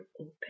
open